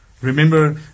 Remember